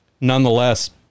nonetheless